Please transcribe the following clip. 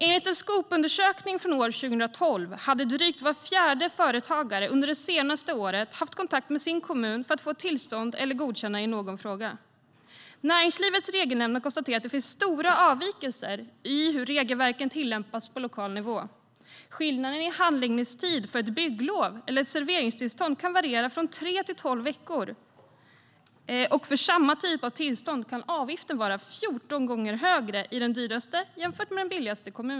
Enligt en Skopundersökning från år 2012 hade drygt var fjärde företagare under det senaste året haft kontakt med sin kommun för att få ett tillstånd eller godkännande i någon fråga. Näringslivets Regelnämnd har konstaterat att det finns stora avvikelser i hur regelverken tillämpas på lokal nivå. Handläggningstiden för ett bygglov eller ett serveringstillstånd kan variera från tre till tolv veckor, och för samma typ av tillstånd kan avgiften vara 14 gånger högre i den dyraste kommunen jämfört med den billigaste.